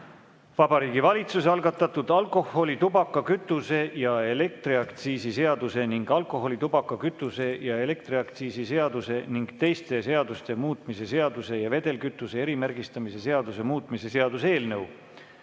Vabariigi Valitsuse algatatud alkoholi‑, tubaka‑, kütuse‑ ja elektriaktsiisi seaduse ning alkoholi‑, tubaka‑, kütuse‑ ja elektriaktsiisi seaduse ning teiste seaduste muutmise seaduse ja vedelkütuse erimärgistamise seaduse muutmise seaduse eelnõu